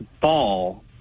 fall